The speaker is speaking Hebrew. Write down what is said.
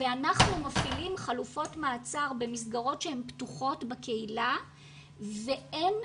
אנחנו מפעילים חלופות מעצר במסגרות שהן פתוחות בקהילה ואין,